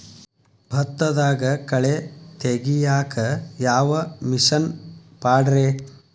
ಭತ್ತದಾಗ ಕಳೆ ತೆಗಿಯಾಕ ಯಾವ ಮಿಷನ್ ಪಾಡ್ರೇ?